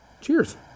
cheers